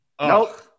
Nope